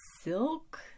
silk